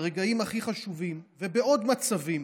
ברגעים הכי חשובים ובעוד מצבים,